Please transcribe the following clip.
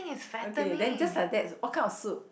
okay then just like that what kind of soup